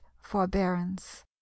forbearance